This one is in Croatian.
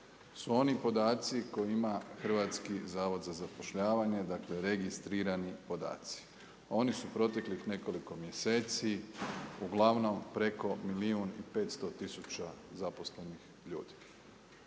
oni oni podaci koji ima Hrvatski zavod za zapošljavanje, dakle registrirani podaci. Oni su proteklih nekoliko mjeseci, ugl. preko milijun i 500 tisuća zaposlenih ljudi.